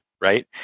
right